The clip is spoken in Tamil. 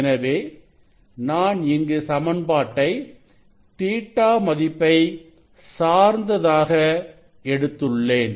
எனவே நான் இங்கு சமன்பாட்டை Ɵ மதிப்பை சார்ந்ததாக எடுத்துள்ளேன்